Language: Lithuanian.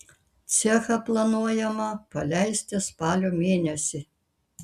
cechą planuojama paleisti spalio mėnesį